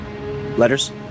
letters